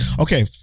Okay